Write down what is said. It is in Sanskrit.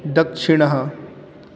दक्षिणः